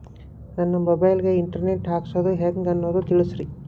ನನ್ನ ಮೊಬೈಲ್ ಗೆ internet ಹಾಕ್ಸೋದು ಹೆಂಗ್ ಅನ್ನೋದು ತಿಳಸ್ರಿ